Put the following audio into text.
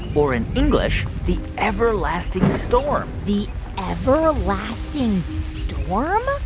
or in english, the everlasting storm the everlasting storm?